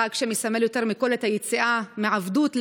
חג שמסמל יותר מכול את היציאה מעבדות לחירות.